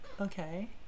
Okay